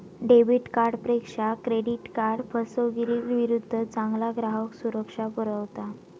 debit कार्डपेक्षा credit card फसवेगिरीविरुद्ध चांगली ग्राहक सुरक्षा पुरवता